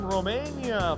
Romania